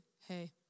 hey